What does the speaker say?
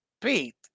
Pete